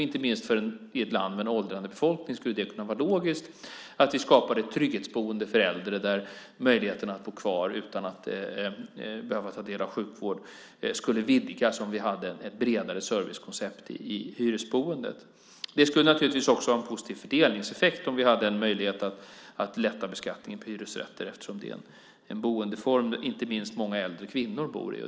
Inte minst i ett land med åldrande befolkning skulle det kunna vara logiskt att vi skapar ett trygghetsboende för äldre. Möjligheten att bo kvar utan att behöva ta del av sjukvård skulle vidgas om vi hade ett bredare servicekoncept i hyresboendet. Det skulle också ha en positiv fördelningseffekt om vi hade möjlighet att lätta på beskattningen på hyresrätter. Det är en boendeform som inte minst många äldre kvinnor bor i.